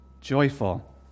joyful